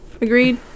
agreed